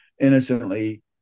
innocently